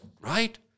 right